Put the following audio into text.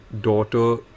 daughter